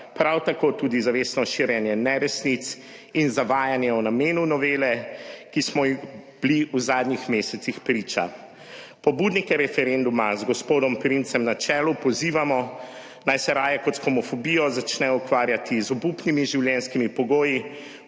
prav tako tudi zavestno širjenje neresnic in zavajanje o namenu novele, ki smo ji bili v zadnjih mesecih priča. Pobudnike referenduma z gospodom Primcem na čelu pozivamo, naj se raje kot s homofobijo začnejo ukvarjati z obupnimi življenjskimi pogoji,